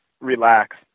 relax